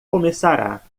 começará